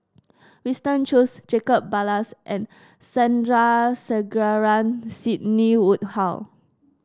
Winston Choos Jacob Ballas and Sandrasegaran Sidney Woodhull